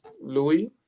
Louis